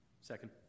second